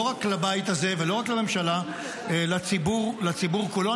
לא רק לבית הזה ולא רק לממשלה אלא לציבור כולו.